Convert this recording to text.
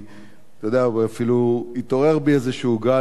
אתה יודע, ואפילו התעורר בי איזה גל צחוק.